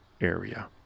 area